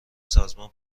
سازمان